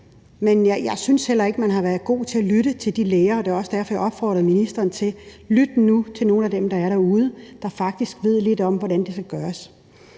Men jeg synes heller ikke, at man har været god til at lytte til de læger. Det er også derfor, jeg opfordrede ministeren til at lytte til nogle af dem, der er derude, og som faktisk ved lidt om, hvordan det skal gøres.